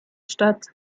statt